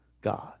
God